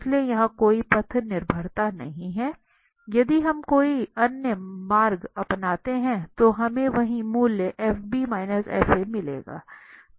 इसलिए यहां कोई पथ निर्भरता नहीं है यदि हम कोई अन्य मार्ग अपनाते हैं तो हमें वही मूल्य f f मिलेगा